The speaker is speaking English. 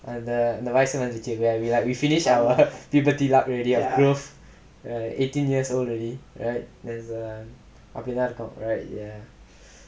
அந்த இந்த வயசு கழிஞ்சுச்சு:antha intha vayasu kalinjuchu we are we like finish our puberty stop at eighteen years old already அப்டிதா இருக்கும்:apdithaa irukkum